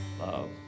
love